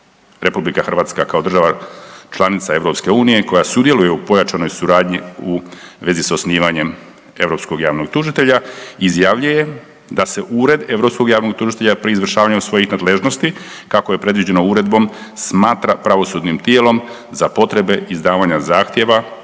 RH kao država članica EU koja sudjeluje u pojačanoj suradnji u vezi s osnivanjem europskog javnog tužitelja izjavljuje da se Ured europskog javnog tužitelja pri izvršavanju svojih nadležnosti kako je predviđeno uredbom smatra pravosudnim tijelom za potrebe izdavanja zahtjeva